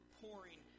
pouring